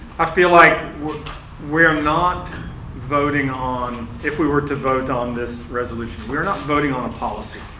i feel like we're we're not voting on if we were to vote on this resolution. we're not voting on a policy.